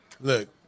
look